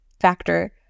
factor